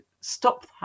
stop